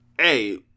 hey